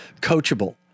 coachable